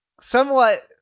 somewhat